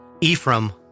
Ephraim